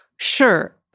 Sure